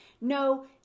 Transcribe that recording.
No